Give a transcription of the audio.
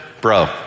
bro